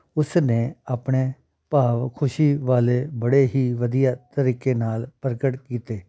ਉਸ ਨੇ ਆਪਣੇ ਭਾਵ ਖੁਸ਼ੀ ਵਾਲੇ ਬੜੇ ਹੀ ਵਧੀਆ ਤਰੀਕੇ ਨਾਲ ਪ੍ਰਗਟ ਕੀਤੇ